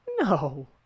No